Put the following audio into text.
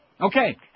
Okay